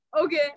Okay